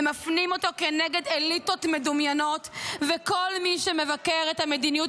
ומפנים אותו כנגד אליטות מדומיינות וכל מי שמבקר את המדיניות